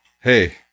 hey